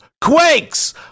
quakes